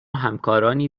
همکارانی